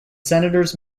senators